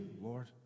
Lord